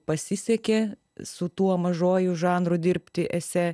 pasisekė su tuo mažuoju žanru dirbti esė